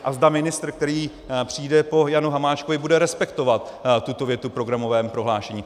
A zda ministr, který přijde po Janu Hamáčkovi, bude respektovat tuto větu v programovém prohlášení.